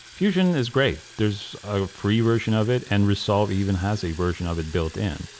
fusion is great. there's a free version of it and resolve even has a version of it built in.